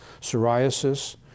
psoriasis